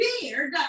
beard